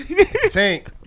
Tank